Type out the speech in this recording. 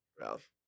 Ralph